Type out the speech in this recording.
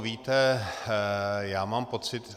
Víte, já mám pocit...